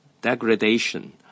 degradation